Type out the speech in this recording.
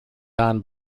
don